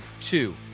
Two